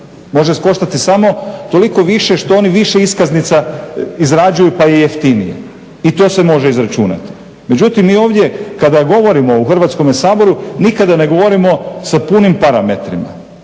Može koštati samo toliko više što oni više iskaznica izrađuju pa je jeftinije i to se može izračunati. Međutim mi ovdje kada govorimo u Hrvatskome saboru nikada ne govorimo sa punim parametrima.